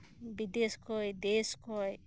ᱵᱤᱫᱮᱥ ᱠᱷᱚᱱ ᱫᱮᱥ ᱠᱷᱚᱱ